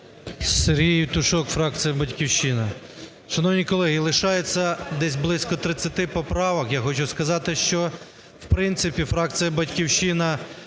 Сергій Євтушок, фракція "Батьківщина". Шановні колеги, лишається десь близько 30 поправок. Я хочу сказати, що в принципі фракція "Батьківщина"